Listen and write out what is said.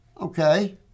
Okay